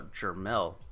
Jermel